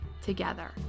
together